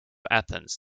athens